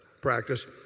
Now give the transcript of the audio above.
practice